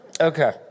Okay